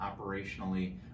operationally